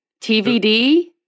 TVD